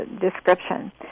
description